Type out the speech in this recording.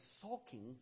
sulking